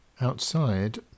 Outside